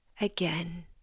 again